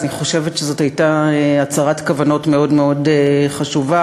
אני חושבת שזאת הייתה הצהרת כוונות מאוד מאוד חשובה,